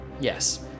yes